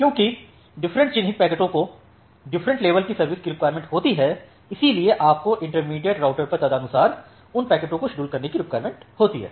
क्योंकि डिफरेंट चिह्नित पैकेटों को डिफरेंट लेवल की सर्विस की रिक्वायरमेंट होती है इसलिए आपको इंटरमीडिएट राउटर पर तदनुसार उन पैकेटों को शेड्यूल करने की रिक्वायरमेंट होती है